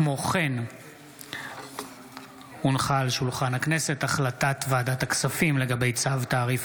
כמו כן הונחה על שולחן הכנסת החלטת ועדת הכספים בדבר צו תעריף